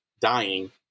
dying